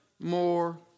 more